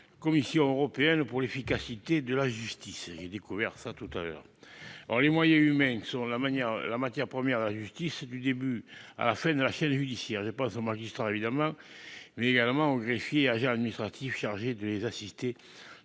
Commission européenne pour l'efficacité de la justice, il a découvert ça tout à l'heure, alors les moyens humains, sur la manière, la matière première, la justice, du début à la fin de la chaîne judiciaire je ai pas ce magistrat, évidemment, mais également au greffier, agent administratif chargé de les assister